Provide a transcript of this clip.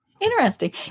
interesting